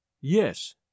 Yes